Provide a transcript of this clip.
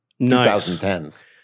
2010s